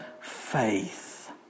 faith